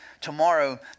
Tomorrow